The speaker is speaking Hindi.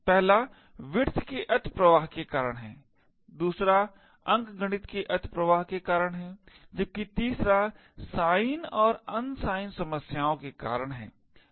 पहला विड्थ के अतिप्रवाह के कारण है दूसरा अंकगणित के अतिप्रवाह के कारण है जबकि तीसरा साइन और अनसाइन समस्याओं के कारण है